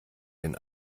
den